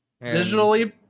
Visually